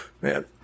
Man